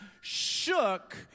shook